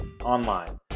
online